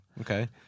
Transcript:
Okay